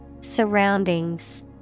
Surroundings